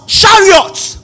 chariots